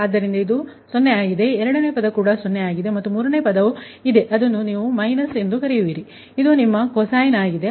ಆದ್ದರಿಂದ ಇದು '0' ಆಗಿದೆ ಎರಡನೇ ಪದ ಕೂಡ '0' ಆಗಿದೆ ಮತ್ತು ಮೂರನೆಯ ಪದವು ಇದೆ ಅದನ್ನು ನೀವು ಮೈನಸ್ ಎಂದು ಕರೆಯುವಿರಿ ಇದು ನಿಮ್ಮ ಕೊಸೈನ್ ಆಗಿದೆ